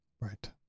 Right